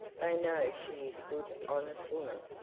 they know she is a good honest woman,